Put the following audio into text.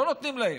לא נותנים להן.